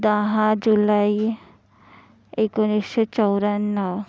दहा जुलाई एकोणीसशे चौऱ्याण्णव